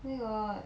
where got